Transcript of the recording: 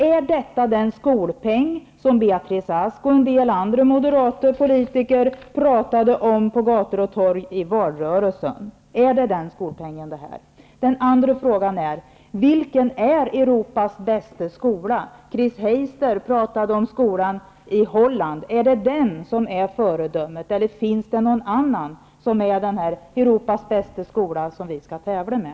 Är detta den skolpeng som Beatrice Ask och en del andra moderata politiker pratade om på gator och torg i valrörelsen? Den andra frågan är: Vilken är Europas bästa skola? Chris Heister pratade om skolan i Holland. Är det den som är föredömet eller finns det någon annan skola som är Europas bästa skola och som vi skall tävla med?